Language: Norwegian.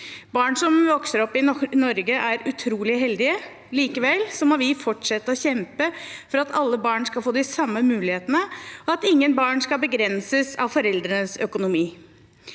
Barn som vokser opp i Norge, er utrolig heldige. Likevel må vi fortsette å kjempe for at alle barn skal få de samme mulighetene, og at ingen barn skal begrenses av foreldrenes økonomi.